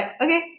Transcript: okay